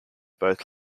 both